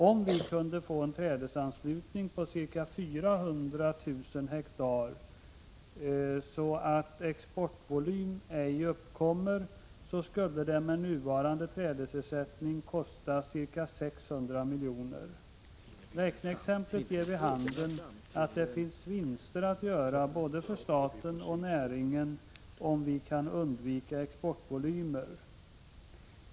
Om vi kunde få trädesanslutning på ca 400 000 hektar så att exportvolym ej uppkommer, skulle det med nuvarande trädesersättning kosta ca 600 milj.kr. Räkneexemplet ger vid handen att det finns vinster både för staten och för näringen, om vi kan undvika exportvolymer.